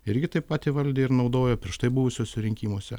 irgi taip pat įvaldė ir naudojo prieš tai buvusiose rinkimuose